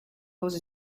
pose